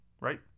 right